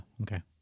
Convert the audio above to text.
okay